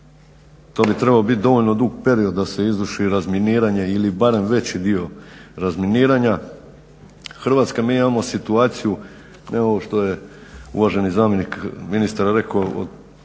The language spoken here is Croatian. to bi trebao biti dovoljno dug period da se izvrši razminiranje ili barem veći dio razminiranja. Hrvatska mi imamo situaciju, to je uvaženi zamjenik ministar rekao